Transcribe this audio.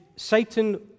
Satan